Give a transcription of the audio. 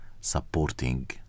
supporting